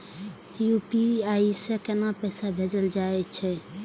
UPI से केना पैसा भेजल जा छे?